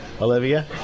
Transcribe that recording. Olivia